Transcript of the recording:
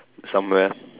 somewhere